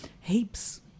heaps